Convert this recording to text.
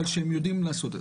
אבל הם יודעים לעשות את זה.